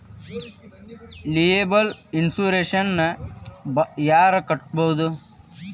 Liable insurance ನ ಯಾರ್ ಕಟ್ಬೊದು?